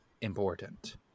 important